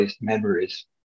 memories